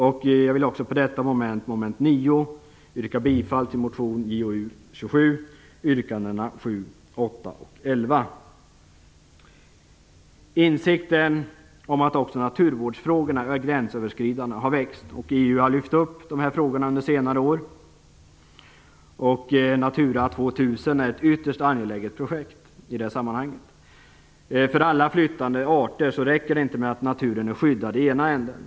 Jag vill också under detta moment, mom. 9, yrka bifall till motion Jo27 yrkandena 7, 8 Insikten om att också naturvårdsfrågorna är gränsöverskridande har vuxit, och EU har under senare år lyft upp de här frågorna. Natura 2000 är ett ytterst angeläget projekt i det sammanhanget. För alla flyttande arter räcker det inte med att naturen är skyddad i ena ändan.